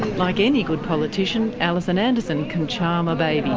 like any good politician, alison anderson can charm a baby.